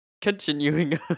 Continuing